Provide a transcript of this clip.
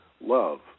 love